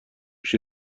هوش